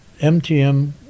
MTM